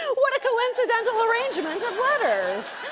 what a coincidental arrangement of letters.